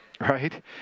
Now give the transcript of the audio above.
right